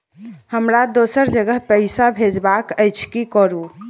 हमरा दोसर जगह पैसा भेजबाक अछि की करू?